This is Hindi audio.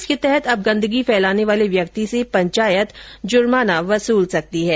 इसके तहत अब गन्दगी फैलाने वाले व्यक्ति से पंचायत जुर्माना वसूल सकती है